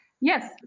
Yes